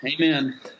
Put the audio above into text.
Amen